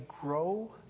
grow